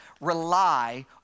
rely